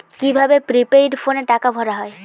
কি ভাবে প্রিপেইড ফোনে টাকা ভরা হয়?